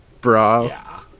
bra